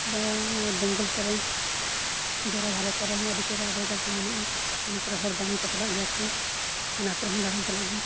ᱫᱟᱬᱟ ᱦᱮᱸ ᱵᱮᱝᱜᱚᱞ ᱠᱚᱨᱮ ᱫᱚᱨᱭᱟ ᱫᱷᱟᱨᱮ ᱠᱚᱨᱮ ᱦᱚᱸ ᱟᱹᱰᱤ ᱪᱮᱦᱨᱟ ᱡᱟᱭᱜᱟ ᱠᱚ ᱢᱮᱱᱟᱜᱼᱟ ᱚᱱᱟ ᱠᱚᱨᱮ ᱦᱚᱲ ᱫᱟᱬᱟᱱ ᱠᱚ ᱪᱟᱞᱟᱜ ᱜᱮᱭᱟ ᱠᱚ ᱚᱱᱟ ᱠᱚᱨᱮ ᱦᱚᱸ ᱫᱟᱬᱟᱱ ᱪᱟᱞᱟᱜ ᱜᱤᱭᱟᱹᱧ